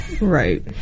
right